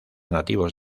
nativos